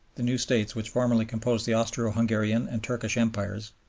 the new states which formerly composed the austro-hungarian and turkish empires,